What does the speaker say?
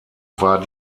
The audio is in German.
war